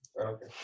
Okay